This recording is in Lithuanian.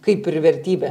kaip ir vertybė